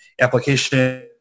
application